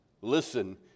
Listen